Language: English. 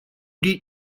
did